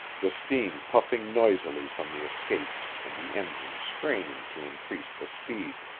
the steam puffing noisily from the escapes and the engine straining to increase the speed.